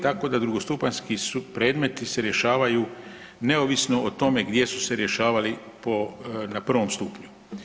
Tako da drugostupanjski predmeti se rješavaju neovisno o tome gdje su se rješavali na prvom stupnju.